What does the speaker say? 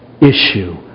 issue